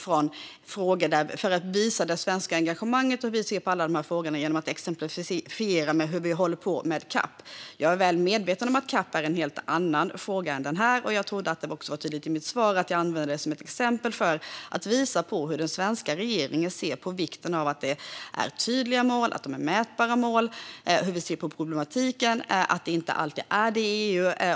För att visa det svenska engagemanget och hur vi ser på alla dessa frågor valde jag att svara genom att exemplifiera hur vi håller på med CAP. Jag är väl medveten om att CAP är en helt annan fråga än denna. Jag trodde att det var tydligt i mitt svar att jag använde den som ett exempel för att visa hur den svenska regeringen ser på vikten av att det finns tydliga mål som är mätbara samt hur vi ser på problematiken att det inte alltid är så i EU.